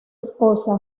esposa